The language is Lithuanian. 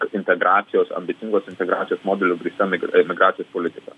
integracijos ambicingos integracijos modeliu grįsta migracijos politika